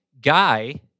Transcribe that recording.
guy